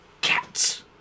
cats